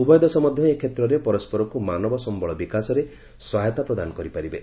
ଉଭୟ ଦେଶ ମଧ୍ୟ ଏ କ୍ଷେତ୍ରରେ ପରସ୍କରକୁ ମାନବ ସମ୍ଭଳ ବିକାଶରେ ସହାୟତା ପ୍ରଦାନ କରିପାରିବେ